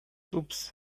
oops